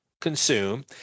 consume